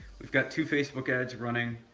we've got two facebook ads running,